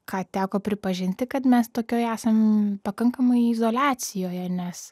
ką teko pripažinti kad mes tokioje esam pakankamai izoliacijoje nes